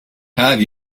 have